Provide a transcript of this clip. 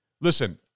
Listen